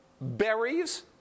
berries